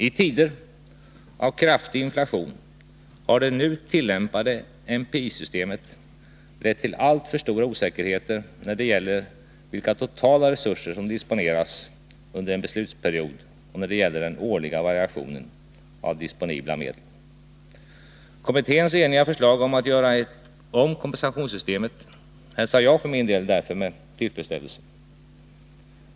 I tider av kraftig inflation har det nu tillämpade NPI-systemet lett till alltför stora osäkerheter både när det gäller vilka totala resurser som disponeras under en beslutsperiod och när det gäller den årliga variationen av disponibla medel. Kommitténs eniga förslag om att göra om kompensationssystemet hälsar jag därför med tillfredsställelse.